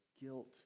guilt